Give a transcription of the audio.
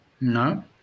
No